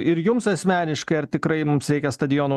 ir jums asmeniškai ar tikrai mums reikia stadiono